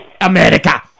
America